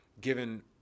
given